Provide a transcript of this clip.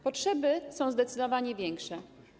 Potrzeby są zdecydowanie większe.